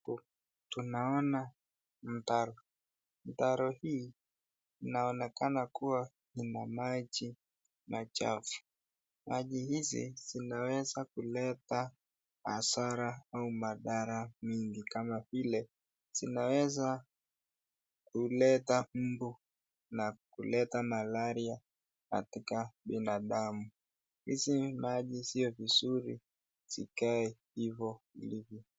Tunaona mtaro. Mtaro hii inaonekana kuwa ina maji machafu. Maji hizi zimeweza kuleta hasara au madhara mingi kama vile zinaweza kuleta mbu na kuleta malaria katika binadamu. Hizi maji sio vizuri zikae hivyo zilivyo.